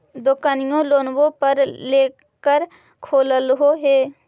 दोकनिओ लोनवे पर लेकर खोललहो हे?